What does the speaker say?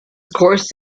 course